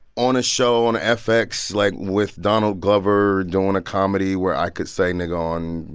on a show on fx, like, with donald glover doing a comedy where i could say nigga on,